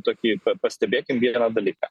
tokį pastebėkim vieną dalyką